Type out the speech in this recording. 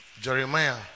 Jeremiah